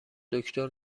دکتر